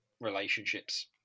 relationships